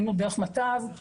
היינו דרך מט"ב,